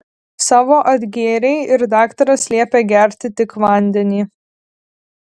savo atgėrei ir daktaras liepė gerti tik vandenį